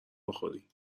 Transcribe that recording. بخوری